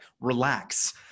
relax